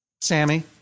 sammy